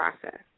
process